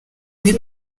kuri